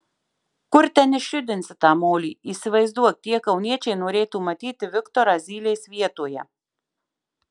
kur ten išjudinsi tą molį įsivaizduok tie kauniečiai norėtų matyti viktorą zylės vietoje